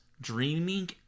dreaming